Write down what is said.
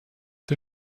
der